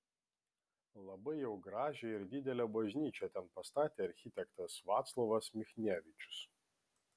labai jau gražią ir didelę bažnyčią ten pastatė architektas vaclovas michnevičius